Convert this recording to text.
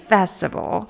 Festival